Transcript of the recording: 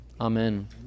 Amen